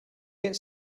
get